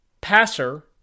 passer